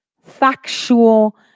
factual